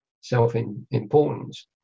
self-importance